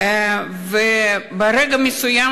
אדוני היושב-ראש,